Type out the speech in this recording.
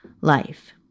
life